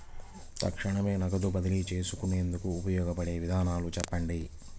తక్షణమే నగదు బదిలీ చేసుకునేందుకు ఉపయోగపడే విధానము చెప్పండి?